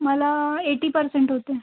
मला eighty percent होते